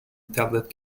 tablet